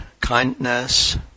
kindness